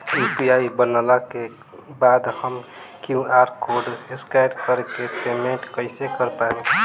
UPI बनला के बाद हम क्यू.आर कोड स्कैन कर के पेमेंट कइसे कर पाएम?